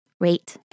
rate